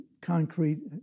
concrete